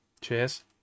Cheers